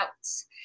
outs